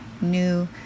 new